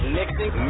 mixing